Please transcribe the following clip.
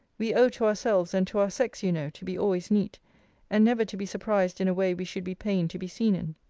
we owe to ourselves, and to our sex, you know, to be always neat and never to be surprised in a way we should be pained to be seen in.